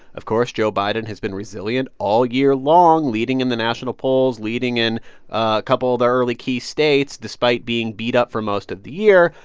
of course, joe biden has been resilient all year long, leading in the national polls, leading in a couple of the early key states, despite being beat up for most of the year.